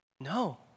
No